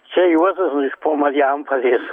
čia juozas iš po marijampolės